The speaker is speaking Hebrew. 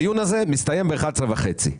הדיון הזה מסתיים ב-11:30,